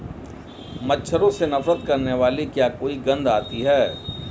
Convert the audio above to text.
मच्छरों से नफरत करने वाली क्या कोई गंध आती है?